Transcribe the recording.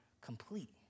complete